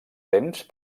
temps